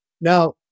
Now